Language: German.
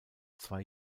zwei